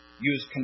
use